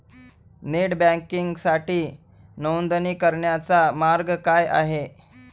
Net बँकिंगसाठी नोंदणी करण्याचा मार्ग काय आहे?